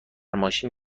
ماشین